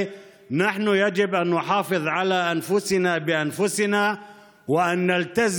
עלינו לשמור על עצמנו בעצמנו ולהקפיד